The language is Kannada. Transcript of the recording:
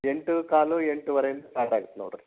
ಎಂಟು ಕಾಲು ಎಂಟುವರೆಯಿಂದ ಸ್ಟಾರ್ಟ್ ಆಗತ್ತೆ ನೋಡಿ ರೀ